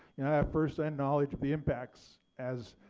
and i have firsthand knowledge of the impacts as